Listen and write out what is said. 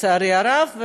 לצערי הרב,